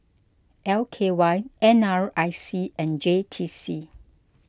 L K Y N R I C and J T C